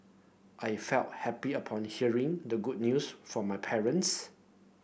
I felt happy upon hearing the good news from my parents